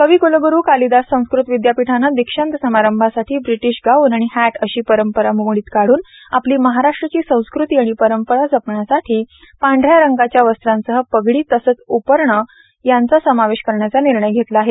कवी क्लगुरू कालिदास संस्कृत विद्यापीठाने दिक्षान्त समारंभासाठी ब्रिटीश गाऊन आणि हॅट अशी परंपरा मोडीत काढून आपली महाराष्ट्राची संस्कृती आणि परंपरा जपण्यासाठी पांढऱ्या रंगांच्या वस्त्रांसह पगडी तसंच उपरणे यांचा समावेश करण्याचा निर्णय घेतला आहे